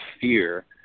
fear